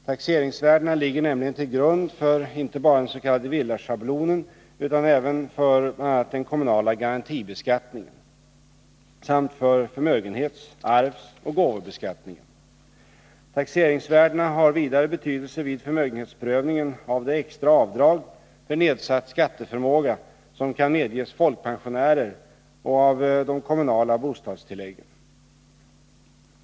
Taxeringsvärdena ligger nämligen till grund för inte bara den s.k. villaschablonen utan även för bl.a. den kommunala garantibeskattningen samt för förmögenhets-, arvsoch gåvobeskattningen. Taxeringsvärdena har vidare betydelse vid förmögenhetsprövningen av det extra avdrag för nedsatt skatteförmåga som kan medges folkpensionärer och av de kommunala bostadstilläggen.